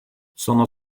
såna